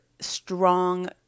strong